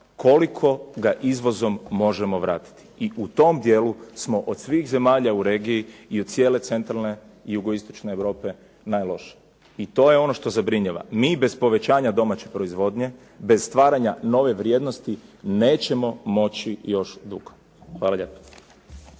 koliko ga izvozom možemo vratiti i u tom dijelu smo od svih zemalja u regiji i od cijele centralne jugoistočne Europe najlošiji. I to je ono što zabrinjava. Mi bez povećanja domaće proizvodnje, bez stvaranja nove vrijednosti nećemo moći još dugo. Hvala lijepo.